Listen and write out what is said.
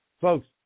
Folks